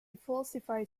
falsified